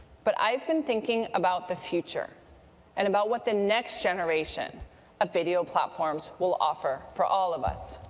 but i've been thinking about the future and about what the next generation of video platforms will offer for all of us.